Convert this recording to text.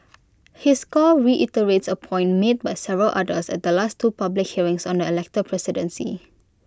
his call reiterates A point made by several others at the last two public hearings on the elected presidency